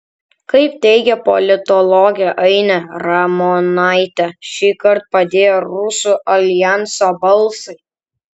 kaip teigia politologė ainė ramonaitė šįkart padėjo rusų aljanso balsai